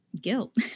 guilt